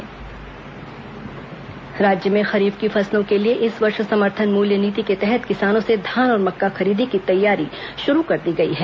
धान मक्का पंजीयन राज्य में खरीफ की फसलों के लिए इस वर्ष समर्थन मूल्य नीति के तहत किसानों से धान और मक्का खरीदी की तैयारी शुरू कर दी गई है